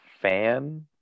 fan